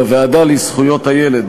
בוועדה לזכויות הילד,